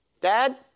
dad